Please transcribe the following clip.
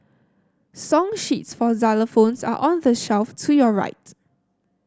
song sheets for xylophones are on the shelf to your right